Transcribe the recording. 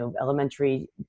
elementary